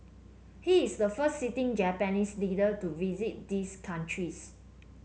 he is the first sitting Japanese leader to visit these countries